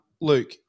Luke